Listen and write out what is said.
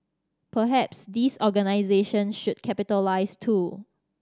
perhaps these organisations should capitalise too